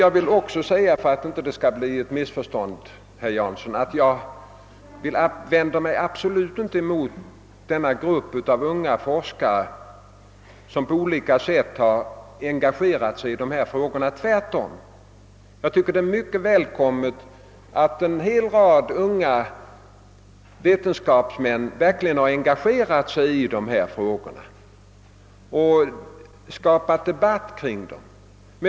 Jag vill emellertid också, herr Jans-, son, för att inget missförstånd skall uppstå framhålla att jag absolut inte vänder mig mot den grupp av unga forskare, som på olika sätt har engagerat sig i dessa frågor. Tvärtom tycker jag att det är mycket välkommet att en hel rad unga vetenskapsmän verkligen har ägnat sig åt miljöfrågorna och skapat debatt kring dessa spörsmål.